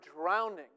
drowning